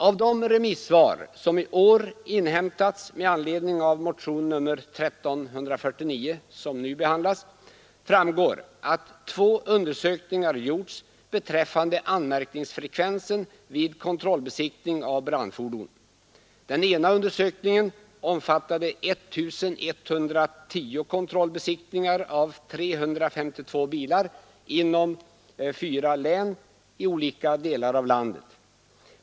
Av de remissvar som i år inhämtats med anledning av motionen 1349 som nu behandlas framgår att två undersökningar gjorts beträffande anmärkningsfrekvensen vid kontrollbesiktning av brandfordon. Den ena undersökningen omfattade 1 110 kontrollbesiktningar av 352 bilar inom fyra län i olika delar av landet.